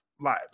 live